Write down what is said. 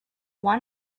one